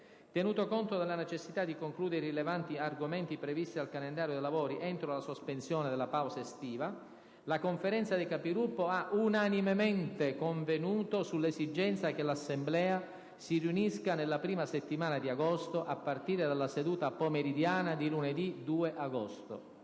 Tenuto conto della necessità di concludere i rilevanti argomenti previsti dal calendario dei lavori entro la sospensione per la pausa estiva, la Conferenza dei Capigruppo ha unanimemente convenuto sull'esigenza che 1'Assemblea si riunisca nella prima settimana di agosto, a partire dalla seduta pomeridiana di lunedì 2.